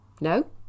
No